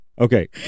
okay